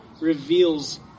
reveals